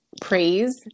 praise